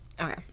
Okay